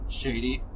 shady